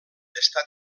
està